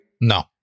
No